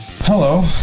Hello